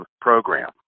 Program